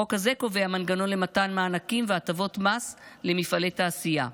החוק הזה קובע מנגנון למתן מענקים והטבות מס למפעלי תעשייה.